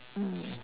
mm